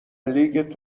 لیگ